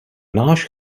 náš